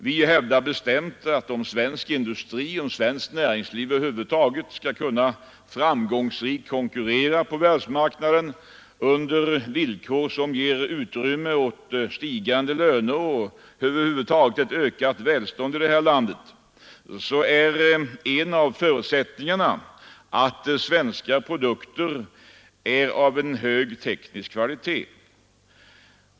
Vi hävdar bestämt att om vår industri skall kunna framgångsrikt konkurrera på världsmarknaden under villkor som ger utrymme för stigande löner och ökat välstånd i det här landet är en av förutsättningarna att de svenska produkterna är av en hög teknisk kvalitet.